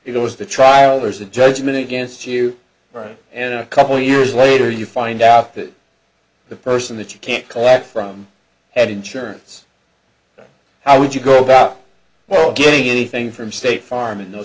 it goes to trial there's a judgment against you right and a couple years later you find out that the person that you can't collect from had insurance how would you go about well getting anything from state farm